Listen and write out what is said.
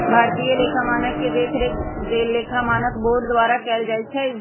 भारतीय लेखा मानक के देखरेख लेखा मानक बोर्ड द्वारा कएल जाइ छइ